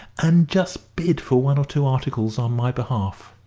and just bid for one or two articles on my behalf.